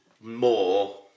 more